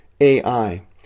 AI